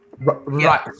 right